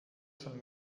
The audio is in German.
schon